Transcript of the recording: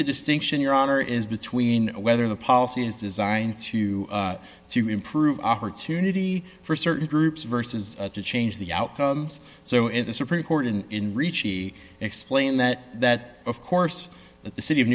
the distinction your honor is between whether the policy is designed to assume improve opportunity for certain groups versus to change the outcomes so if the supreme court in ricci explained that that of course that the city of